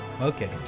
Okay